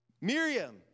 Miriam